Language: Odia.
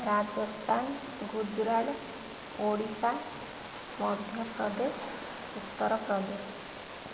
ରାଜସ୍ଥାନ ଗୁଜୁରାଟ ଓଡ଼ିଶା ମଧ୍ୟପ୍ରଦେଶ ଉତ୍ତରପ୍ରଦେଶ